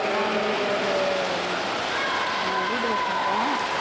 நாங்கள் இங்கே ஒரு வீடு வச்சிருக்கோம்